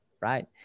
right